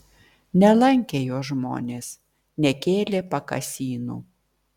nelankė jo žmonės nekėlė pakasynų